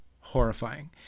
horrifying